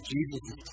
Jesus